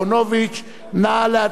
נא להצביע, מי בעד?